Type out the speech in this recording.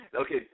okay